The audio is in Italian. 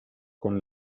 con